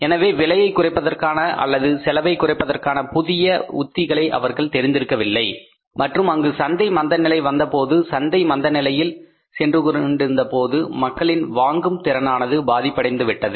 எனவே விலையை குறைப்பதற்கான அல்லது செலவை குறைப்பதற்கான புதுவிதமான உத்திகளை அவர்கள் தெரிந்திருக்கவில்லை மற்றும் அங்கு சந்தை மந்தநிலை வந்தபொழுது சந்தை மந்தநிலையில் சென்றுகொண்டிருந்தபோது மக்களின் வாங்கும் திறனானது பாதிப்படைந்துவிட்டது